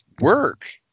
work